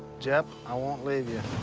jep, i won't leave you.